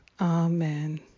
Amen